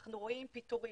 אנחנו רואים פיטורים,